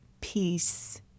Peace